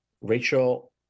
Rachel